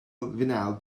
vinyl